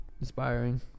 inspiring